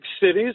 cities